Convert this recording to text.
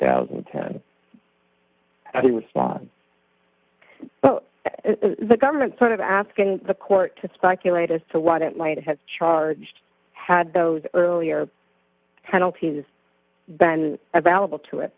thousand and ten he was flawed the government sort of asking the court to speculate as to what it might have charged had those earlier penalties been available to it